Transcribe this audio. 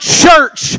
church